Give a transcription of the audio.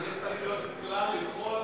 אני חושב שזה צריך להיות כלל לגבי כל